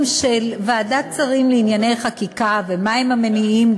של ועדת שרים לענייני חקיקה ומה הם המניעים,